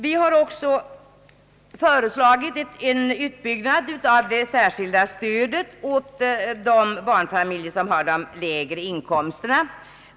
Vi har vidare föreslagit en utbyggnad av det särskilda stödet åt de barnfamil jer som har de lägre inkomsterna.